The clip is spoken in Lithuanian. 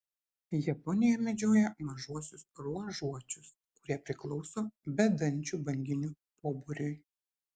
japonija medžioja mažuosiuos ruožuočius kurie priklauso bedančių banginių pobūriui